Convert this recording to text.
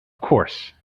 course